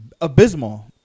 Abysmal